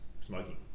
smoking